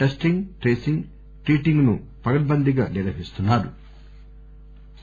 testing tracing ట్రీటింగ్ను పకడ్బందీగా నిర్వహిస్తున్నారు